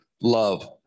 love